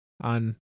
on